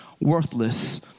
worthless